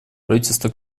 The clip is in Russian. правительство